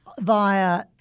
via